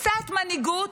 קצת מנהיגות,